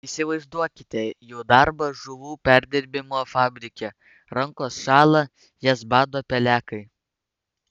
įsivaizduokite jų darbą žuvų perdirbimo fabrike rankos šąla jas bado pelekai